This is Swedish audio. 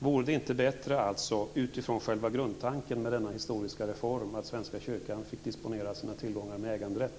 Vore det inte bättre alltså utifrån själva grundtanken med denna historiska reform att Svenska kyrkan fick disponera sina tillgångar med äganderätt?